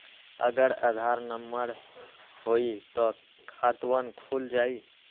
अगर आधार न होई त खातवन खुल जाई?